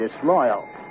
disloyal